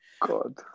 God